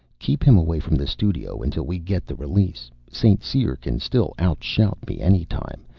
keep him away from the studio until we get the release. st. cyr can still out-shout me any time.